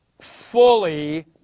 fully